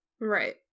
Right